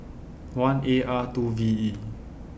one A R two V E